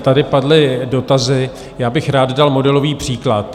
Tady padly dotazy, já bych rád dal modelový příklad.